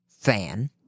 fan